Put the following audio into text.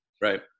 Right